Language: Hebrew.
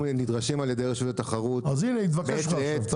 אנחנו נדרשים על ידי רשות התחרות מעת לעת,